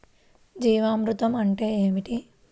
జీవామృతం అంటే ఏమిటి?